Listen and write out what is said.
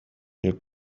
your